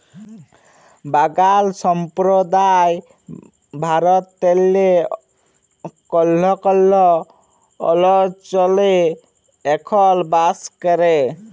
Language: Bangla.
বাগাল সম্প্রদায় ভারতেল্লে কল্হ কল্হ অলচলে এখল বাস ক্যরে